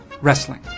wrestling